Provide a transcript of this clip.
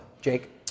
Jake